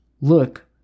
look